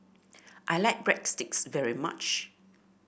I like Breadsticks very much